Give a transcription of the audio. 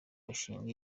mishinga